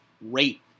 rate